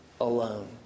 alone